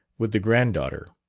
with the granddaughter.